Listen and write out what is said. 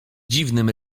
dziwnym